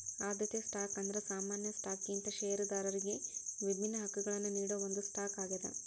ಆದ್ಯತೆ ಸ್ಟಾಕ್ ಅಂದ್ರ ಸಾಮಾನ್ಯ ಸ್ಟಾಕ್ಗಿಂತ ಷೇರದಾರರಿಗಿ ವಿಭಿನ್ನ ಹಕ್ಕಗಳನ್ನ ನೇಡೋ ಒಂದ್ ಸ್ಟಾಕ್ ಆಗ್ಯಾದ